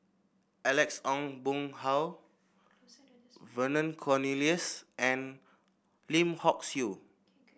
Alex Ong Boon Hau Vernon Cornelius and Lim Hock Siew